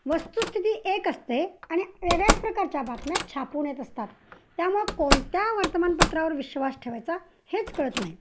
वस्तुस्थिती एक असते आणि वेगळ्याच प्रकारच्या बातम्या छापून येत असतात त्यामुळं कोणत्या वर्तमानपत्रावर विश्वास ठेवायचा हेच कळत नाही